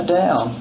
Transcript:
down